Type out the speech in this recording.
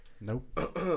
Nope